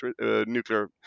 nuclear